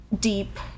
deep